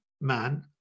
man